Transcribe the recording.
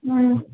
ಹ್ಞೂಂ